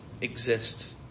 exists